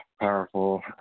powerful